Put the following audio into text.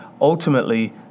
ultimately